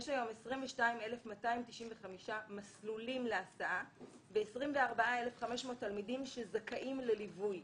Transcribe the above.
יש היום 22,295 מסלולים להסעה ו-24,500 תלמידים שזכאים לליווי.